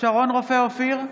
שרון רופא אופיר,